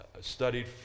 studied